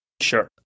Sure